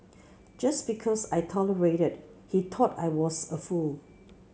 just because I tolerated he thought I was a fool